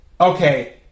okay